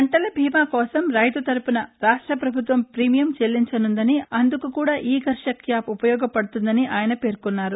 పంటల బీమా కోసం రైతు తరఫున రాష్ట పభుత్వం ప్రీమియం చెల్లించనుందని అందుకు కూడా ఈ కర్షక్ యాప్ ఉపయోగపడుతుందని ఆయన పేర్కొన్నారు